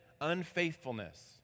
unfaithfulness